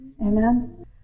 Amen